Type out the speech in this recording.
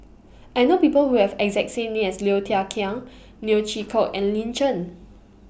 I know People Who Have exact same name as Low Thia Khiang Neo Chwee Kok and Lin Chen